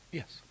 yes